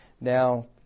Now